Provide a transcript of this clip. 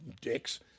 dicks